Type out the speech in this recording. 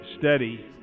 steady